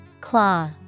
claw